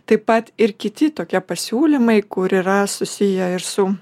taip pat ir kiti tokie pasiūlymai kur yra susiję ir su